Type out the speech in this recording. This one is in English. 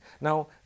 Now